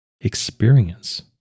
experience